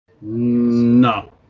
No